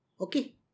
Okay